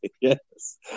Yes